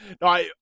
No